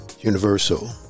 universal